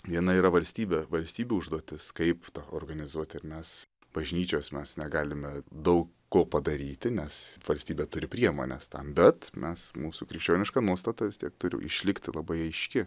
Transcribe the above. viena yra valstybė valstybių užduotis kaip organizuoti ir mes bažnyčios mes negalime daug ko padaryti nes valstybė turi priemones tam bet mes mūsų krikščioniška nuostata vis tiek turi išlikti labai aiški